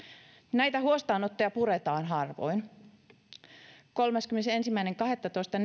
näitä huostaanottoja puretaan harvoin kolmaskymmenesensimmäinen kahdettatoista